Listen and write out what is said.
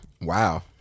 Wow